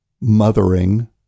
mothering